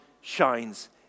shines